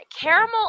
Caramel